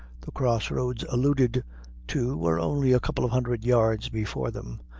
the cross-roads alluded to were only a couple of hundred yards before them.